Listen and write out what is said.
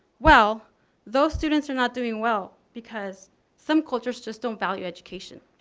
well those students are not doing well because some cultures just don't value education.